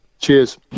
Cheers